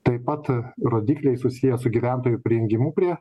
taip pat rodikliai susiję su gyventojų prijungimu prie